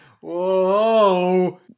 Whoa